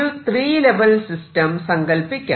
ഒരു 3 level system സങ്കല്പിക്കാം